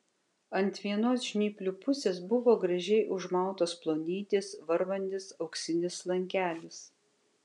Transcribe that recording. ant vienos žnyplių pusės buvo gražiai užmautas plonytis varvantis auksinis lankelis